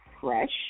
fresh